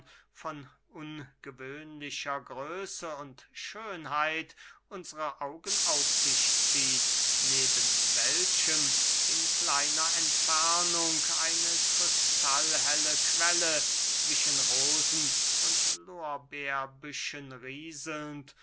von ungewöhnlicher größe und schönheit unsre augen auf sich zieht neben welchem in kleiner entfernung eine kristallhelle quelle zwischen rosen und lorberbüschen rieselnd